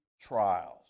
trials